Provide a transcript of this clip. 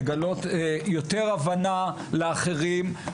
לגלות יותר הבנה לאחרים,